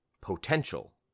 potential